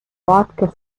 vodka